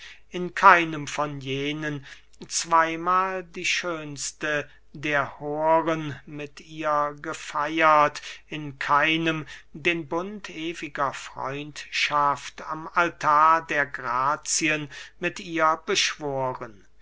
in keinem von jenen zweymahl die schönste der horen mit ihr gefeiert in keinem den bund ewiger freundschaft am altar der grazien mit ihr beschworen